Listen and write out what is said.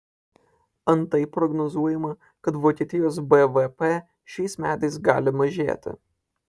antai prognozuojama kad vokietijos bvp šiais metais gali mažėti